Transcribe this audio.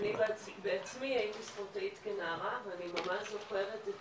אני בעצמי הייתי ספורטאית כנערה ואני ממש זוכרת את